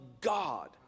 God